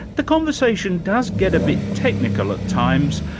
the conversation does get a bit technical at times,